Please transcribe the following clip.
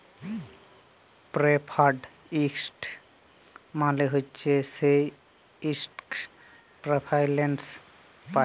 preferred stock মালে হছে সে ইস্টক প্রেফারেল্স পায়